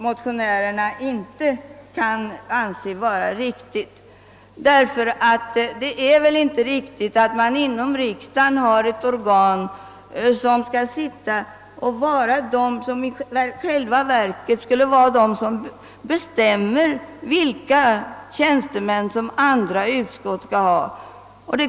Motionärerna kan inte anse detta vara riktigt. Det bör inte vara ett utskott inom riksdagen som bestämmer vilka tjänstemän andra utskott skall ha.